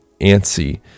antsy